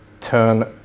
turn